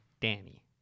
Danny